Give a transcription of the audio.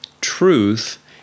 truth